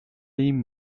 این